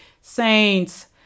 Saints